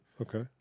Okay